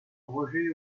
roger